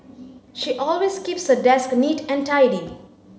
she always keeps her desk neat and tidy